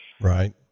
Right